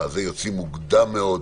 הם יוצאים מוקדם מאוד.